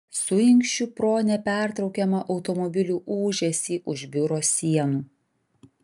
suinkščiu pro nepertraukiamą automobilių ūžesį už biuro sienų